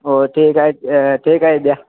हो ठीक आहे ठीक आहे द्या